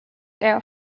air